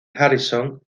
harrison